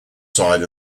side